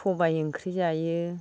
सबाइ ओंख्रि जायो